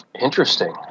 Interesting